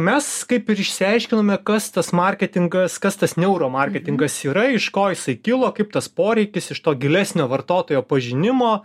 mes kaip ir išsiaiškinome kas tas marketingas kas tas neuromarketingas yra iš ko jisai kilo kaip tas poreikis iš to gilesnio vartotojo pažinimo